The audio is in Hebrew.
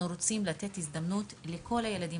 ואנחנו רוצים לתת הזדמנות לכל הילדים